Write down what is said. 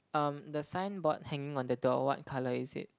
um the signboard hanging on the door what colour is it